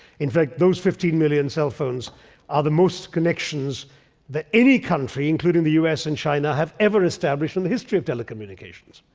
in fact, those fifteen million cellphones are the most connections that any country, including the u s. and china, has ever established in the history of telecommunications.